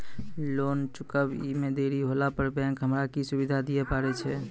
Loan चुकब इ मे देरी होला पर बैंक हमरा की सुविधा दिये पारे छै?